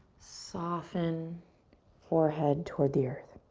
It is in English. soften forehead toward the earth.